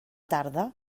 tarda